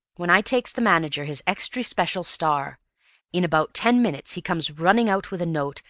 when i takes the manager his extry-speshul star in about ten minutes he comes running out with a note,